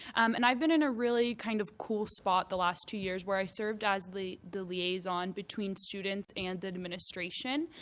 and i've been in a really kind of cool spot the last two years where i served as the the liaison between students and the administration.